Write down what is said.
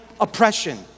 oppression